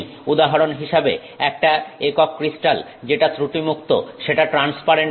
উদাহরন হিসাবে একটা একক ক্রিস্টাল যেটা ত্রুটি মুক্ত সেটা ট্রান্সপারেন্ট হবে